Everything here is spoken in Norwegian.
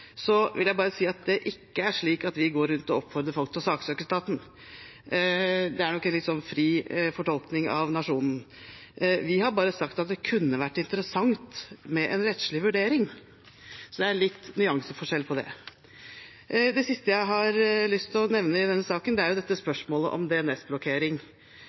vil jeg bare si at det ikke er slik at vi går rundt og oppfordrer folk til å saksøke staten. Det er nok en litt fri fortolkning av Nationen. Vi har bare sagt at det kunne vært interessant med en rettslig vurdering. Det er litt nyanseforskjell på det. Det siste jeg har lyst til å nevne i denne saken, er spørsmålet om DNS-blokkering. I 2018 ble det fattet et anmodningsvedtak i Stortinget om